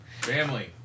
Family